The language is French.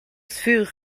furent